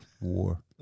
War